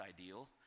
ideal